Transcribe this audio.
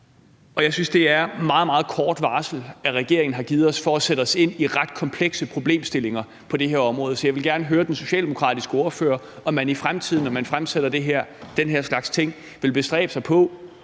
Jeg synes, det er meget, meget kort varsel, regeringen har givet os til at sætte os ind i ret komplekse problemstillinger på det her område. Så jeg vil gerne høre den socialdemokratiske ordfører, om man i fremtiden, når man fremsætter den her slags ting, vil bestræbe sig på